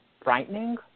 frightening